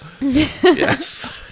Yes